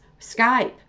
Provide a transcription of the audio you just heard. Skype